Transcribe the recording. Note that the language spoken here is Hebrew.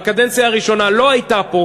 בקדנציה הראשונה לא הייתה פה,